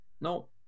No